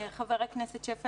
חבר הכנסת קושניר.